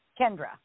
Kendra